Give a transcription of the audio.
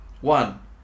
One